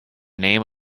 name